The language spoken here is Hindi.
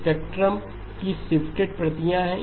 स्पेक्ट्रम कीशिफ्टेड प्रतियां हैं